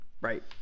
Right